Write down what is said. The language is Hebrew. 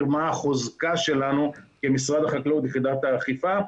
מה החוזקה שלנו כמשרד החקלאות יחידת האכיפה.